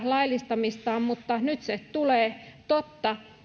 laillistamistaan mutta nyt se tulee totta